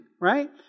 right